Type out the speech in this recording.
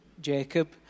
Jacob